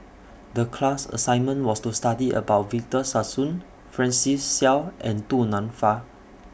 The class assignment was to study about Victor Sassoon Francis Seow and Du Nanfa